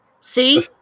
See